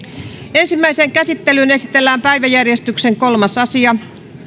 ensimmäiseen käsittelyyn esitellään päiväjärjestyksen kolmas asia